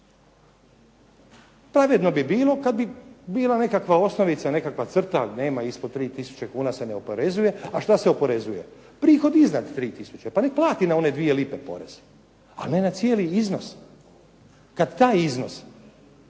Pravedno bi bilo kad bi bila nekakva osnovica, nekakva crta, nema ispod 3 tisuće kuna se ne oporezuje, a što se oporezuje? Prihod iznad 3 tisuće, pa nek plati na one 2 lipe porez, ali ne na cijeli iznos. Kad taj iznos